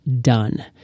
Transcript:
done